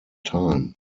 time